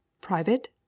Private